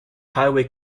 highway